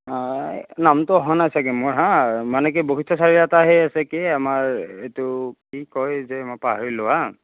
নামটো অহা নাই চাগে মই হা মানে কি বশিষ্ট চাৰিআলি এটাহে আছে কি আমাৰ এইটো কি কয় যে মই পাহৰিলোঁ হা